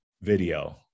video